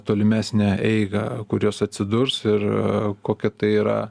tolimesnę eigą kur jos atsidurs ir kokia tai yra